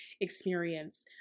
experience